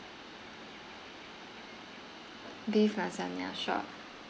beef lasagna sure